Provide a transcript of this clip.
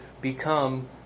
become